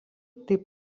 taip